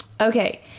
Okay